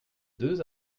deux